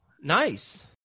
Nice